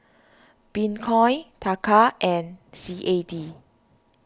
Bitcoin Taka and C A D